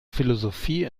philosophie